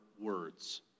words